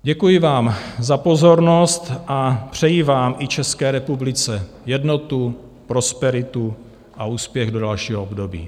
Děkuji vám za pozornost a přeji vám i České republice jednotu, prosperitu a úspěch do dalšího období.